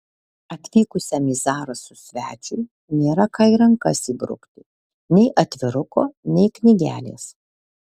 atvykusiam į zarasus svečiui nėra ką į rankas įbrukti nei atviruko nei knygelės